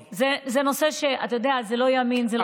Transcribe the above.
זה נושא, אתה יודע, שזה לא ימין, זה לא שמאל.